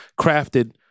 crafted